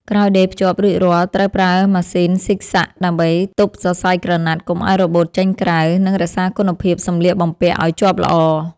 ក្រោយដេរភ្ជាប់រួចរាល់ត្រូវប្រើម៉ាស៊ីនហ្ស៊ីកហ្សាក់ ដើម្បីទប់សរសៃក្រណាត់កុំឱ្យរបូតចេញក្រៅ និង រក្សាគុណភាពសម្លៀកបំពាក់ឱ្យជាប់ល្អ។